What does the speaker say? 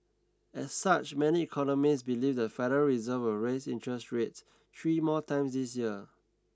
as such many economists believe the Federal reserve will raise interest rates three more times this year